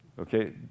Okay